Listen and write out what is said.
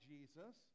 Jesus